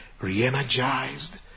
re-energized